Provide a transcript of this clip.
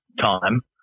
time